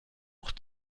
auch